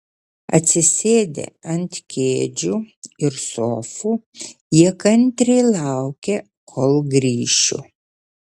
atsisėdę ant kėdžių ir sofų jie kantriai laukė kol grįšiu